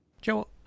Joe